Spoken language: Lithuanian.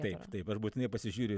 taip taip aš būtinai pasižiūriu